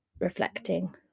reflecting